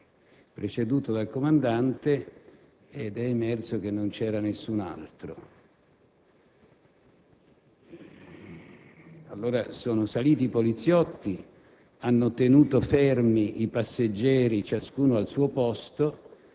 preceduto dal comandante, ed è emerso che non vi era nessun altro. Sono allora saliti i poliziotti, i quali hanno tenuto fermi i passeggeri, ciascuno al suo posto,